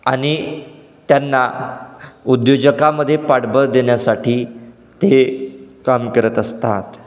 आणि त्यांना उद्योजकामध्ये पाठबळ देण्यासाठी ते काम करत असतात